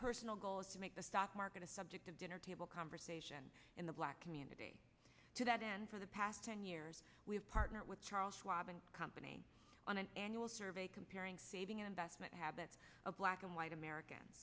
personal goal is to make the stock market a subject of dinner table conversation in the black community to that end for the past ten years we've partnered with charles schwab and company on an annual survey comparing saving investment habits of black and white american